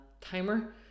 timer